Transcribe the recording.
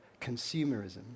consumerism